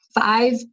five